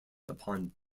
upon